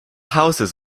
houses